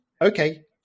okay